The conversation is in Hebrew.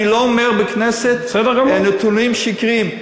אני לא אומר בכנסת נתונים שקריים,